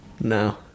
No